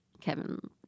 Kevin